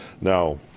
Now